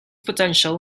potential